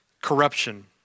corruption